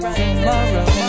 tomorrow